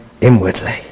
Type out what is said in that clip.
inwardly